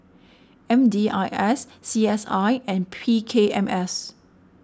M D I S C S I and P K M S